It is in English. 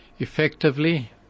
Effectively